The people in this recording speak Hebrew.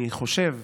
אני חושב,